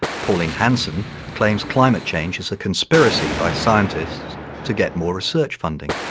pauline hanson claims climate change is a conspiracy by scientists to get more research funding.